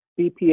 BPS